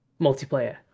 multiplayer